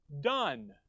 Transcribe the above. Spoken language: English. done